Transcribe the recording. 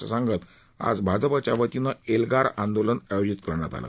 असं सांगत आज भाजपच्या वतीनं एल्गार आंदोलन आयोजित करण्यात आलं